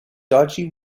dodgy